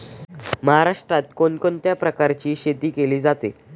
महाराष्ट्रात कोण कोणत्या प्रकारची शेती केली जाते?